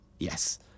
Yes